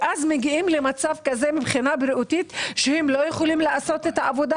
ואז מגיעים למצב בריאותי שהם לא יכולים לעשות את העבודה